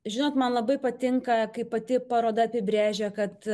žinot man labai patinka kai pati paroda apibrėžia kad